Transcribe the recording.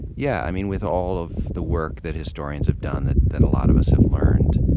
yeah, i mean with all of the work that historians have done that that a lot of us have learned,